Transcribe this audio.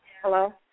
Hello